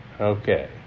Okay